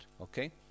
Okay